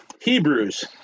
Hebrews